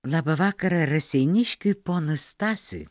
labą vakarą raseiniškiui ponui stasiui